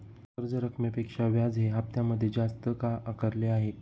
कर्ज रकमेपेक्षा व्याज हे हप्त्यामध्ये जास्त का आकारले आहे?